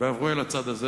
ועברו אל הצד הזה,